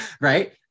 right